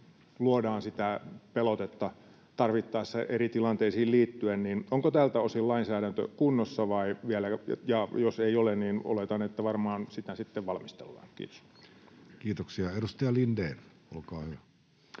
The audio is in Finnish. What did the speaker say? luodaan sitä pelotetta tarvittaessa eri tilanteisiin liittyen, niin onko tältä osin lainsäädäntö kunnossa? Ja jos ei ole, niin oletan, että varmaan sitä sitten valmistellaan. — Kiitos. [Speech 45] Speaker: